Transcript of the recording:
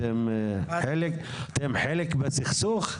אתם חלק בסכסוך?